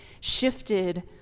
shifted